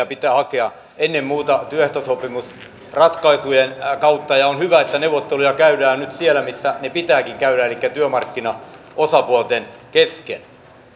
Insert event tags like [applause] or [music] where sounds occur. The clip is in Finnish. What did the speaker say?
[unintelligible] pitää hakea ennen muuta työehtosopimusratkaisujen kautta ja on hyvä että neuvotteluja käydään nyt siellä missä ne pitääkin käydä elikkä työmarkkinaosapuolten kesken